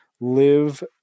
live